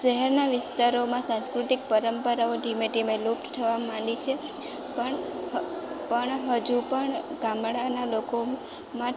શહેરના વિસ્તારોમાં સાંસ્કૃતિક પરંપરાઓ ઢીમે ઢીમે લુપ્ત થવા માંડી છે પણ હ પણ હજુ પણ ગામડાના લોકોમાં